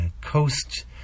coast